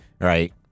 right